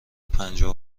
پنجاه